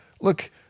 look